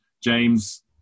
James